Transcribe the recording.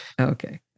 Okay